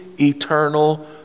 eternal